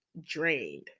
drained